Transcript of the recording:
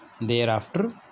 thereafter